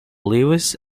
lewis